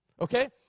Okay